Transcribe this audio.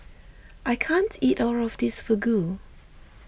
I can't eat all of this Fugu